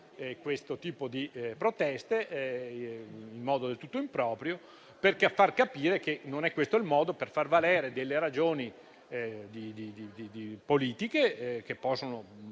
questo tipo di proteste in modo del tutto improprio, per far capire che non è questo il modo di far valere ragioni politiche che possono